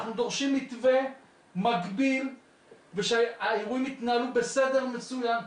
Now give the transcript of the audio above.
אנחנו דורשים מתווה מגביל ושהאירועים יתנהלו בסדר מסוים.